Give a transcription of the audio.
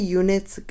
units